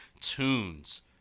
tunes